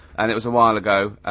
and it was a while ago,